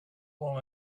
will